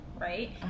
right